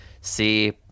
See